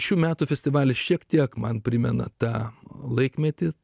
šių metų festivalis šiek tiek man primena tą laikmetį